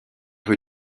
rues